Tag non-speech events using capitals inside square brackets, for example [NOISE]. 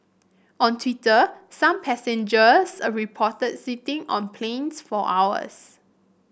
on Twitter some passengers [HESITATION] reported sitting on planes for hours